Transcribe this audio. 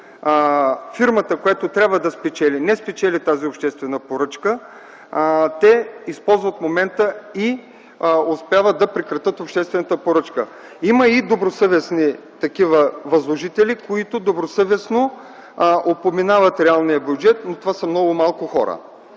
фирмата, която трябва да спечели, не спечели тази обществена поръчка, те използват момента и успяват да прекратят обществената поръчка. Има и такива възложители, които добросъвестно упоменават реалния бюджет, но това са много малко хора.